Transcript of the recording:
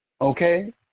okay